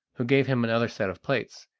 who gave him another set of plates,